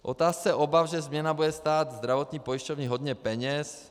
K otázce obav, že změna bude stát zdravotní pojišťovny hodně peněz.